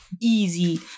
Easy